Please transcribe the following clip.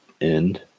end